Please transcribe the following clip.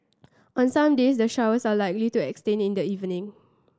on some days the showers are likely to extend in the evening